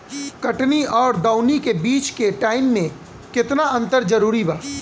कटनी आउर दऊनी के बीच के टाइम मे केतना अंतर जरूरी बा?